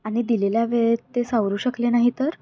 आणि दिलेल्या वेळेत ते सावरू शकले नाही तर